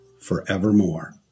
forevermore